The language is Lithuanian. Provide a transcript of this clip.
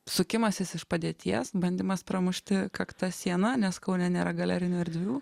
sukimasis iš padėties bandymas pramušti kakta sieną nes kaune nėra galerinių erdvių